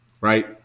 right